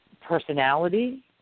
personality